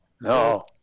no